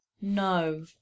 No